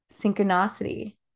synchronicity